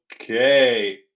Okay